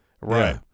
right